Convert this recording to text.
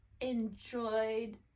enjoyed